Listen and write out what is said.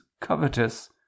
covetous